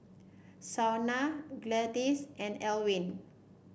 Shauna Gladyce and Alwin